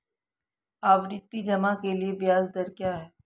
आवर्ती जमा के लिए ब्याज दर क्या है?